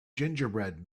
gingerbread